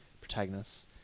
protagonists